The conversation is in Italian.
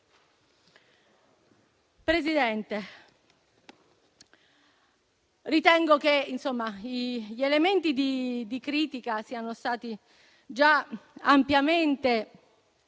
Presidente, ritengo che gli elementi di critica siano stati già ampiamente evidenziati